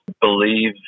believe